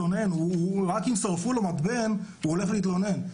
רק אם שרפו לו מתבן הוא הולך להתלונן,